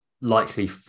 likely